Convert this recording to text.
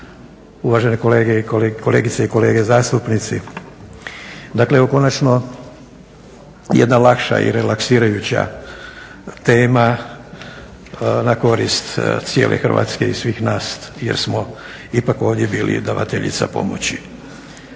uvažene kolegice i kolege zastupnici. Dakle konačno jedna lakša i relaksirajuća tema na korist cijele Hrvatske i svih nas jer smo ipak ovdje bili davateljica pomoći